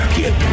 get